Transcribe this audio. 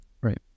Right